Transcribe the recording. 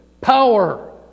power